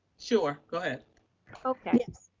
sure. go ahead. yes,